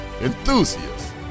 enthusiasts